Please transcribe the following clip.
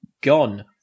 gone